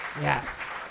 Yes